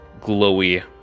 glowy